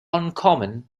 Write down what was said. uncommon